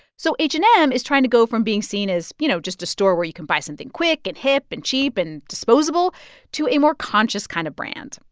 so h and m is trying to go from being seen as, you know, just a store where you can buy something quick and hip and cheap and disposable disposable to a more conscious kind of brand.